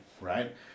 right